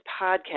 podcast